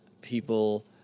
people